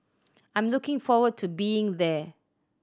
I'm looking forward to being there